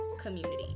Community